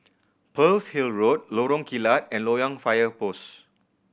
Pearl's Hill Road Lorong Kilat and Loyang Fire Post